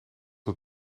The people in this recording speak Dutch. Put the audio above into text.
het